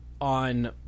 on